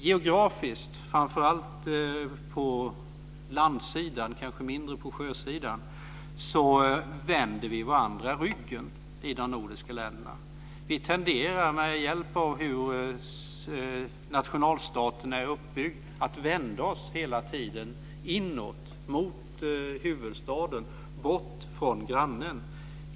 Geografiskt, framför allt på landsidan, kanske mindre på sjösidan, vänder vi varandra ryggen i de nordiska länderna. Vi tenderar med hjälp av hur nationalstaterna är uppbyggda att hela tiden vända oss inåt, mot huvudstaden, bort från grannen.